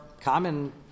common